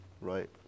right